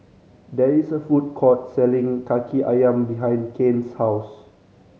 there is a food court selling Kaki Ayam behind Kane's house